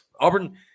Auburn